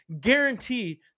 Guarantee